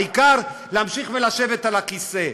העיקר להמשיך לשבת על הכיסא,